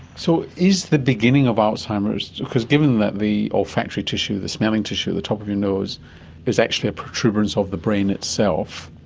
so is the beginning of alzheimer's, because given that the olfactory tissue, the smelling tissue at the top of your nose is actually a protuberance of the brain itself,